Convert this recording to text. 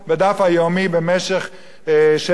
במשך שבע וחצי שנים.